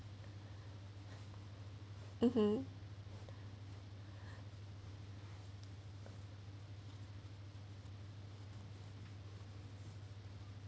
mmhmm